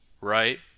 right